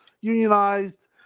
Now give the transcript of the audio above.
unionized